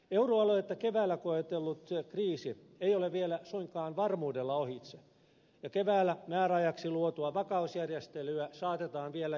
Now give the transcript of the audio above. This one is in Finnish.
euroaluetta keväällä koetellut kriisi ei ole vielä suinkaan varmuudella ohitse ja keväällä määräajaksi luotua vakausjärjestelyä saatetaan vielä joutua käyttämään